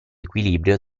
equilibrio